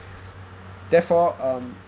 therefore um